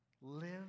Live